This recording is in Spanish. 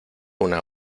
una